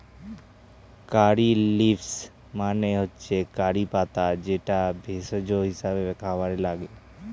কারী leaves মানে হচ্ছে curry পাতা যেটা ভেষজ হিসেবে খাবারে লাগে